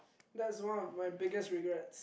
that's one of my biggest regrets